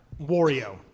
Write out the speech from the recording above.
Wario